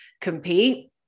compete